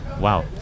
wow